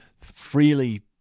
freely